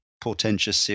portentous